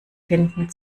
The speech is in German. finden